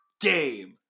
Game